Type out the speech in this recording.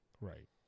Right